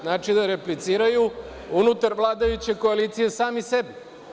Znači da repliciraju unutar vladajuće koalicije sami sebi.